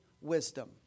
wisdom